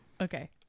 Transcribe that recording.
Okay